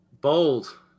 Bold